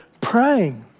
praying